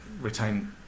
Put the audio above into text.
retain